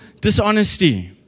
dishonesty